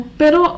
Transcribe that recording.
pero